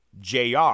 JR